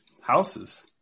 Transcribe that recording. houses